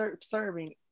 serving